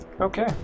okay